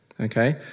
okay